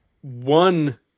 one